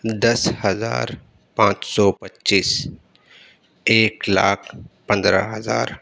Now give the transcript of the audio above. دس ہزار پانچ سو پچیس ایک لاکھ پندرہ ہزار